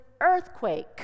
earthquake